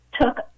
took